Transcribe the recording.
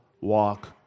walk